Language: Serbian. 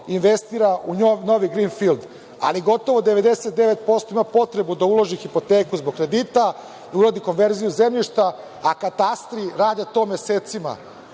investira u novi Grinfild, ali gotovo 99% ima potrebu da uloži hipoteku zbog kredita, uradi konverziju zemljišta, a katastri rade to mesecima